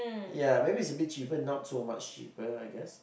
ya maybe it's a bit cheaper not so much cheaper I guess